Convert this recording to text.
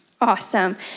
Awesome